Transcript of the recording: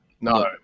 No